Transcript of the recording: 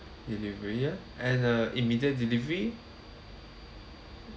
delivery ya and uh immediate delivery